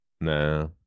Nah